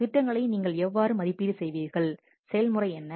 திட்டங்களை நீங்கள் எவ்வாறு மதிப்பீடு செய்வீர்கள் செயல்முறை என்ன